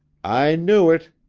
i knew it!